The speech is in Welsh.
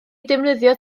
defnyddio